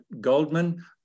Goldman